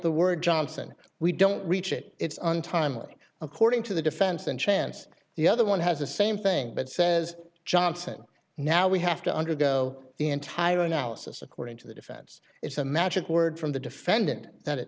the word johnson we don't reach it it's untimely according to the defense and chance the other one has the same thing but says johnson now we have to undergo the entire analysis according to the defense it's a magic word from the defendant that it